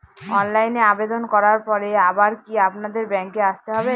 অনলাইনে আবেদন করার পরে আবার কি আপনাদের ব্যাঙ্কে আসতে হবে?